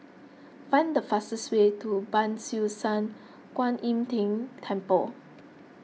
find the fastest way to Ban Siew San Kuan Im Tng Temple